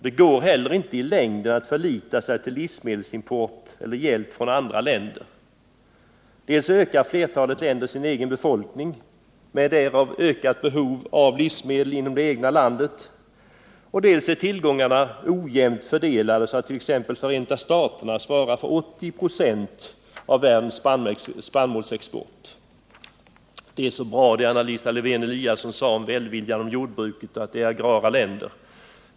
Det går heller inte i längden att förlita sig till livsmedelsimport eller hjälp från andra länder. Dels ökar befolkningen i flertalet länder med därav ökat behov av livsmedel inom det egna landet, dels är tillgångarna ojämnt fördelade, så att t.ex. Förenta staterna svarar för 80 96 av världens spannmålsexport. Det var så bra, det Anna Lisa Lewén-Eliasson sade om den välvilliga inställningen till jordbruket och till agrara länder.